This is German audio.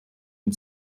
den